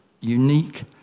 unique